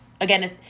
Again